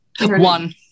One